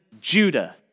Judah